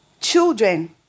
children